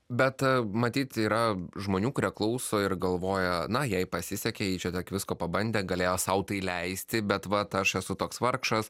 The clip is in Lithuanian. bet matyt yra žmonių kurie klauso ir galvoja na jai pasisekė ji čia tiek visko pabandė galėjo sau tai leisti bet vat aš esu toks vargšas